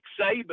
Saban